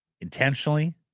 intentionally